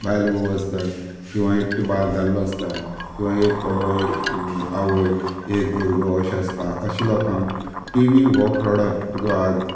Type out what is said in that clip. बायल घोव आसतात किंवां एकटो दादलो आसता किंवां एक चलो एक आवय एक भुरगो अशें आसता अशें लोकांक टिवी हो प्रोडक्ट हो आज